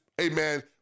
Amen